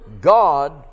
God